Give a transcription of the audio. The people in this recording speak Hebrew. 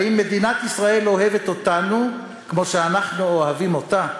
האם מדינת ישראל אוהבת אותנו כמו שאנחנו אוהבים אותה?